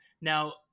Now